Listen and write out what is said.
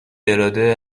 اراده